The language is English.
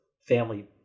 family